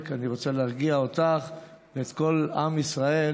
אני רוצה להרגיע אותך ואת כל עם ישראל